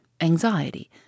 anxiety